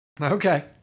Okay